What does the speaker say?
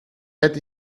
hätte